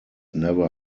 never